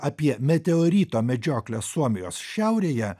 apie meteorito medžioklę suomijos šiaurėje